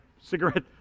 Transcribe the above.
cigarette